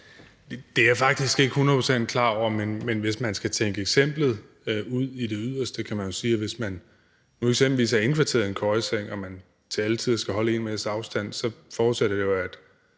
Det er jeg faktisk ikke hundrede procent klar over, men hvis vi skal tænke eksemplet ud i det yderste, så kan vi jo sige, at hvis man eksempelvis er indkvarteret i en køjeseng og man til alle tider skal holde 1 meters afstand, så forudsætter det jo, at